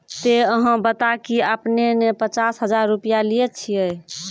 ते अहाँ बता की आपने ने पचास हजार रु लिए छिए?